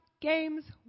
games